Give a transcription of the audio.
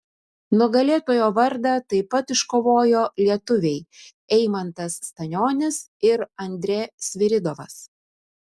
nugalėtojo vardą taip pat iškovojo lietuviai eimantas stanionis ir andrė sviridovas